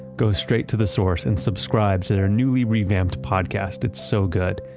go straight to the source and subscribe to their newly revamped podcast. it's so good.